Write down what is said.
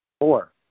four